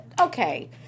okay